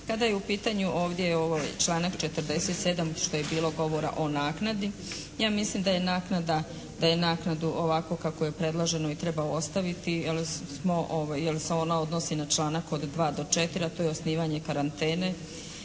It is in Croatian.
Kada je u pitanju ovdje ovaj članak 47. što je bilo govora o naknadi. Ja mislim da je naknada, da je naknadu ovako kako je predloženo i treba ostaviti jer smo, jer se ona odnosi na članak od 2. do 4., a to je osnivanje karantene,